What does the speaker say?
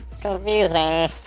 confusing